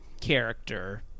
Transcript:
character